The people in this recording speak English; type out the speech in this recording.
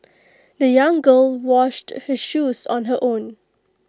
the young girl washed her shoes on her own